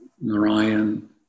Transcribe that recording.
Narayan